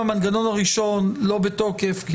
אם המנגנון הראשון לא בתוקף,